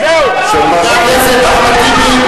יש לנו אדמות,